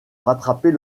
rattraper